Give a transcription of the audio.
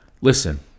Listen